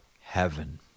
heaven